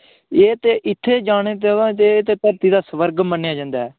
एह् ते इत्थै जाना चाहिदा ते इत्थै धरती दा सुरग मन्नेआ जंदा ऐ